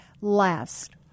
last